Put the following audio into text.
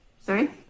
sorry